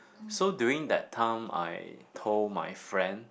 so during that time I told my friend